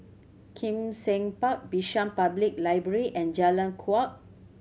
Kim Seng Park Bishan Public Library and Jalan Kuak